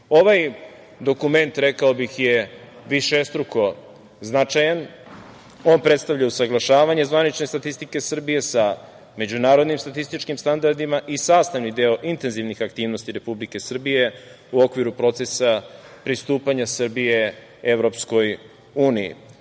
dokument, rekao bih, je višestruko značajan. On predstavlja usaglašavanje zvanične statistike Srbije sa međunarodnim statističkim standardima i sastavni deo intenzivnih aktivnosti Republike Srbije u okviru procesa pristupanja Srbije EU.